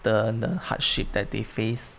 the the hardship that they face